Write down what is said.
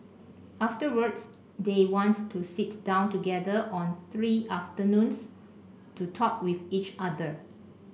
afterwards they want to sit down together on three afternoons to talk with each other